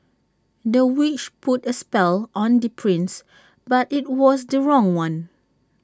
the witch put A spell on the prince but IT was the wrong one